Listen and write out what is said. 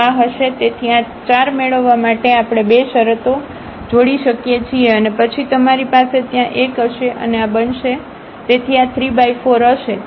તો આ હશે તેથી આ 4 મેળવવા માટે આપણે આ 2 શરતો જોડી શકીએ છીએ અને પછી તમારી પાસે ત્યાં 1 હશે અને આ બનશે તેથી આ 34 હશે